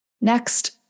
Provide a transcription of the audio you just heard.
Next